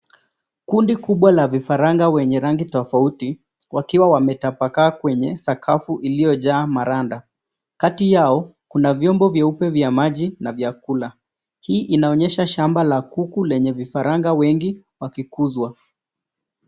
Kundi kubwa la vifaranga wenye rangi tofauti wakiwa wametapakaa kwenye sakafu iliyojaa maranda. Kati yao, kuna vyombo vyeupe vya maji na vyakula. Hii inaonyesha shamba la kuku lenye vifaranga wengi wakikuzwa.